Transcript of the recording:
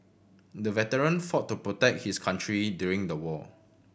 the veteran fought to protect his country during the war